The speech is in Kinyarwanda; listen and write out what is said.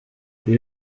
iyo